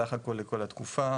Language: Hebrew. בסך הכול לכל התקופה.